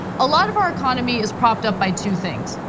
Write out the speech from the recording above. a lot of our economy is propped up by two things,